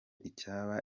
icyaba